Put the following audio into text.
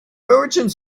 merchant